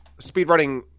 speedrunning